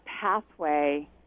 pathway